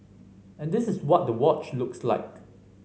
and this is what the watch looks like